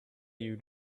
you